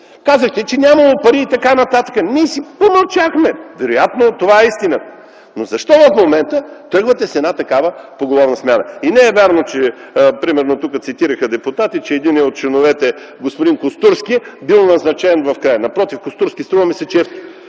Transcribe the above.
Казахте, че нямало пари и така нататък. Ние си помълчахме. Вероятно това е истината. Но защо в момента тръгвате с една такава поголовна смяна? Не е вярно – примерно тук цитираха депутати, че единият от членовете – господин Костурски, бил назначен в края. Напротив, струва ми